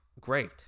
great